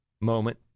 moment